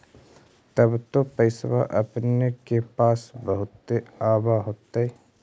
तब तो पैसबा अपने के पास बहुते आब होतय?